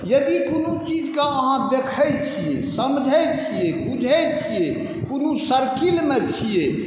यदि कोनो चीजके अहाँ देखै छिए समझै छिए बुझै छिए कोनो सर्किलमे छिए